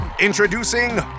Introducing